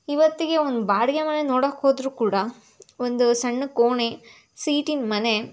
ಇವತ್ತಿಗೆ ಒಂದು ಬಾಡಿಗೆ ಮನೆ ನೋಡೋಕ್ಕೆ ಹೋದರೂ ಕೂಡ ಒಂದು ಸಣ್ಣ ಕೋಣೆ ಸೀಟಿನ ಮನೆ